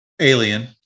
Alien